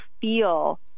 feel